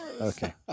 Okay